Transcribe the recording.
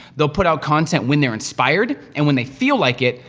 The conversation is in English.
they'll put out content when they're inspired, and when they feel like it,